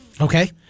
Okay